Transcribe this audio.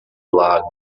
lago